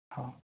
हाँ